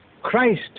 christ